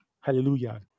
Hallelujah